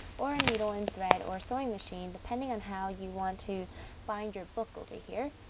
or needle and thread, or sewing machine depending on how you want to bind your book over here,